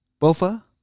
Bofa